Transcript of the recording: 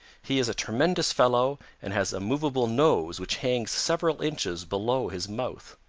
he is a tremendous fellow and has a movable nose which hangs several inches below his mouth.